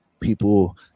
people